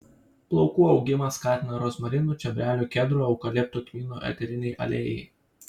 plaukų augimą skatina rozmarinų čiobrelių kedrų eukaliptų kmynų eteriniai aliejai